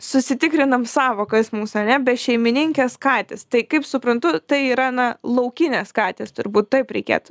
susitikrinam sąvokas mūsų ane bešeimininkės katės tai kaip suprantu tai yra na laukinės katės turbūt taip reikėtų